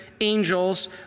angels